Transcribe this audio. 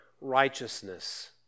righteousness